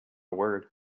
word